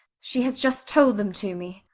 she has just told them to me.